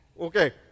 okay